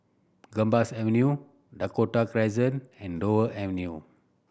Gambas Avenue Dakota Crescent and Dover Avenue